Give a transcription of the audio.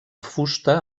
fusta